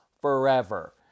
forever